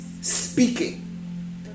speaking